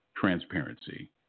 Transparency